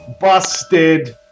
Busted